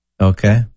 Okay